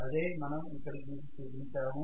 అదే మనం ఇక్కడ గీసి చుపించాము